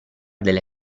delle